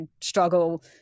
struggle